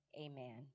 amen